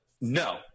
No